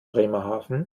bremerhaven